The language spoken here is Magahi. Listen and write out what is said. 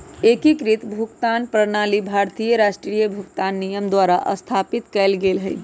एकीकृत भुगतान प्रणाली भारतीय राष्ट्रीय भुगतान निगम द्वारा स्थापित कएल गेलइ ह